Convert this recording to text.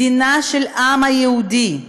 מדינת העם היהודי,